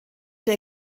der